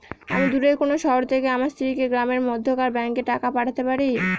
আমি দূরের কোনো শহর থেকে আমার স্ত্রীকে গ্রামের মধ্যেকার ব্যাংকে টাকা পাঠাতে পারি?